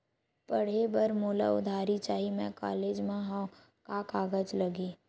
पढ़े बर मोला उधारी चाही मैं कॉलेज मा हव, का कागज लगही?